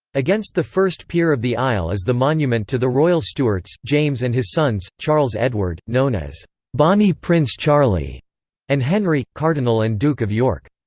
against the first pier of the aisle is the monument to the royal stuarts, james and his sons, charles edward, known as bonnie prince charlie and henry, cardinal and duke of york.